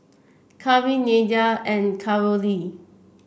Cari Nedra and Carolee